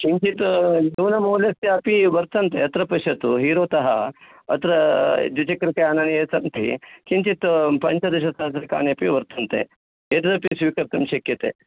किञ्चित् न्यूनमूल्यस्य अपि वर्तन्ते अत्र पश्यतु हीरोतः अत्र द्विचक्रिकायानानि सन्ति किञ्चित् पञ्चदशसहस्रकाणि अपि वर्तन्ते एतदपि स्वीकर्तुं शक्यते